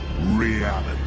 reality